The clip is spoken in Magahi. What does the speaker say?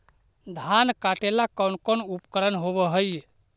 धान काटेला कौन कौन उपकरण होव हइ?